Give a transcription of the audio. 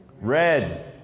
Red